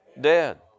dead